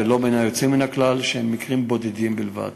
ולא על היוצאים מן הכלל, שהם מקרים בודדים בלבד.